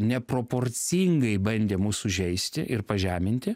neproporcingai bandė mus sužeisti ir pažeminti